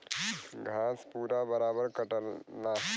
घास पूरा बराबर कटला